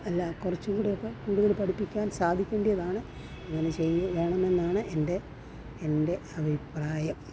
അല്ല കുറച്ചും കൂടെ ഒക്കെ കൂടുതൽ പഠിപ്പിക്കാൻ സാധിക്കേണ്ടിയതാണ് അങ്ങനെ ചെയ്ത് വേണമെന്നാണ് എൻ്റെ എൻ്റെ അഭിപ്രായം